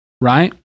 right